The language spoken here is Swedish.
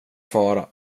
fara